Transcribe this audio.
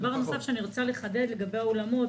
דבר נוסף שאני רוצה לחדד לגבי האולמות,